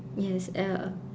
yes uh